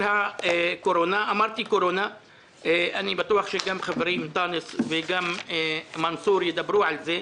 אני בטוח שגם אנטאנס וגם מנסור ידברו על זה.